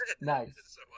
nice